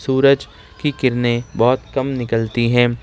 سورج کی کرنیں بہت کم نکلتی ہیں